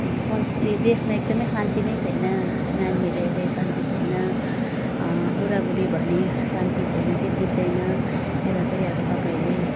sons यो देशमा एकदमै शान्ति नै छैन नानीहरू हेरे शान्ति छैन बुढाबुढी भने शान्ति छैन त्यो बुझ्दैन त्यसलाई चाहिँ अब तपाईँले